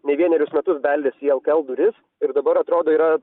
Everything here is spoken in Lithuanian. ne vienerius metus beldėsi į lkl duris ir dabar atrodo yra